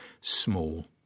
small